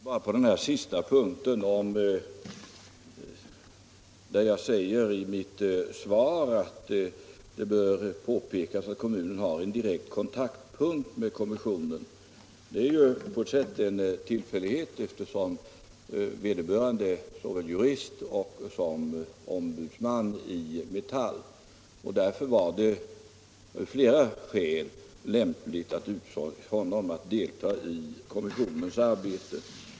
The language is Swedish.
Herr talman! Rörande den sista punkten herr Molin nämnde påpekar jag i mitt svar att kommunen har en direkt kontaktpunkt med kommissionen. På ett sätt är det en tillfällighet. Eftersom vederbörande är såväl jurist som ombudsman i Metall var det av flera skäl lämpligt att utse honom till att delta i kommissionens arbete.